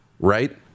Right